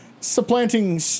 supplanting